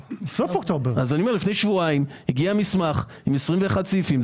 לפני שבועיים הגיע מסמך עם 21 סעיפים.